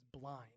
blind